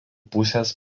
pusės